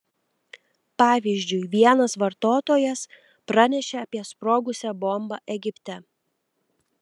pavyzdžiui vienas vartotojas pranešė apie sprogusią bombą egipte